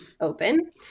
open